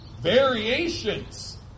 variations